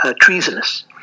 treasonous